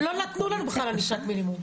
לא נתנו לנו בכלל ענישת מינימום.